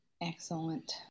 Excellent